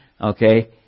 Okay